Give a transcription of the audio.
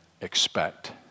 expect